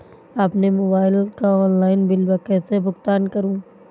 अपने मोबाइल का online bill कैसे भुगतान करूं?